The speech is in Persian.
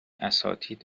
اساتید